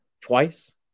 twice